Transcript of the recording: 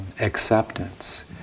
acceptance